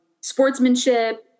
sportsmanship